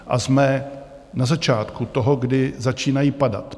A jsme na začátku toho, kdy začínají padat.